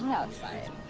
outside.